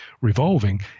revolving